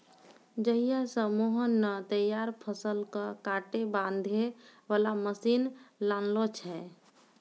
जहिया स मोहन नॅ तैयार फसल कॅ काटै बांधै वाला मशीन लानलो छै